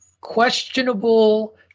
questionable